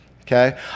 okay